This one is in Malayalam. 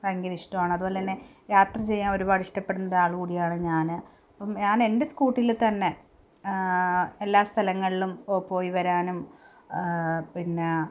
ഭയങ്കര ഇഷ്ടമാണ് അതുപോലെ തന്നെ യാത്ര ചെയ്യാൻ ഒരുപാട് ഇഷ്ടപ്പെടുന്ന ആൾ കൂടിയാണ് ഞാൻ അപ്പം ഞാൻ എൻ്റെ സ്കൂട്ടിൽ തന്നെ എല്ലാ സ്ഥലങ്ങളിലും പോയി വരാനും പിന്നെ